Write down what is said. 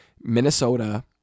Minnesota